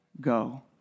go